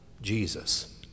Jesus